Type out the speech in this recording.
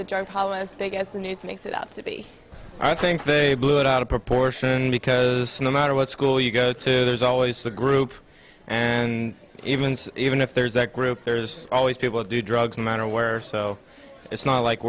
be i think they blew it out of proportion because no matter what school you go to there's always the group and even even if there's that group there's always people do drugs matter where so it's not like